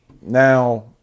now